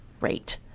rate